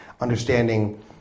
understanding